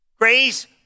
Grace